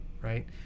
right